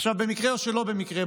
במקרה או שלא במקרה,